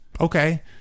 Okay